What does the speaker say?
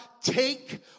take